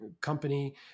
company